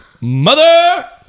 mother